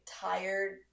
tired